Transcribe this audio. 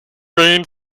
rain